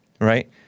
right